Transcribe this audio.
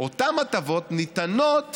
אותן הטבות ניתנות